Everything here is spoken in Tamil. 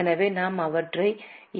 எனவே நாம் அவற்றை என்